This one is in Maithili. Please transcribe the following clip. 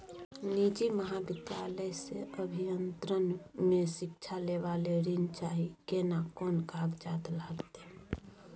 निजी महाविद्यालय से अभियंत्रण मे शिक्षा लेबा ले ऋण चाही केना कोन कागजात लागतै?